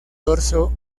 dorso